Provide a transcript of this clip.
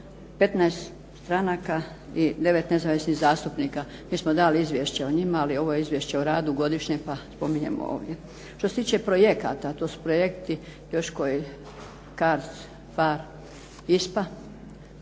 15 stranaka i 9 nezavisnih zastupnika. Mi smo dali izvješće o njima, ali ovo je izvješće o radu godišnjem, pa spominjem ovdje. Što se tiče projekata, to su projekti još koji KARC …